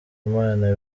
imana